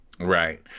Right